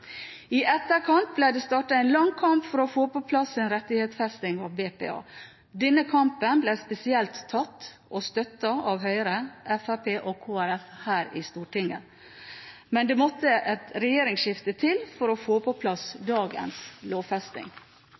I etterkant ble det startet en lang kamp for å få på plass en rettighetsfesting av BPA. Denne kampen ble spesielt tatt og støttet av Høyre, Fremskrittspartiet og Kristelig Folkeparti her i Stortinget, men det måtte et regjeringsskifte til for å få på plass dagens lovfesting.